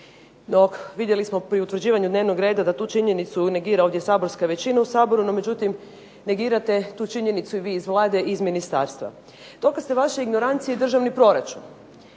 vidjeli smo pri utvrđivanju dnevnog reda da tu činjenicu negira ovdje saborska većina u Saboru no međutim negirate tu činjenicu i vi iz Vlade i Ministarstva. Dokaz te vaše ignorancije je državni proračun.